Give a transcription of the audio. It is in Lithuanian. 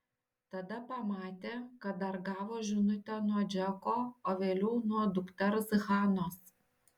tada pamatė kad dar gavo žinutę nuo džeko o vėliau nuo dukters hanos